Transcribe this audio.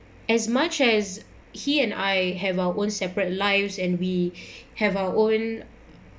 as much as he and I have our own separate lives and we have our own